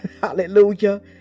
Hallelujah